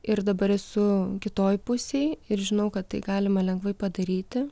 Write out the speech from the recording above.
ir dabar esu kitoj pusėj ir žinau kad tai galima lengvai padaryti